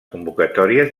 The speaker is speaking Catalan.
convocatòries